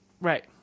Right